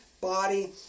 body